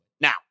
Now